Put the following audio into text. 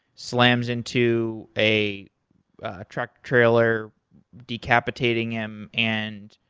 slams into a truck trailer decapitating him. and